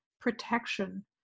protection